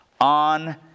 on